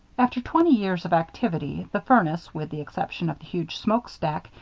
after twenty years of activity, the furnace, with the exception of the huge smoke-stack,